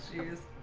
us